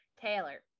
Taylor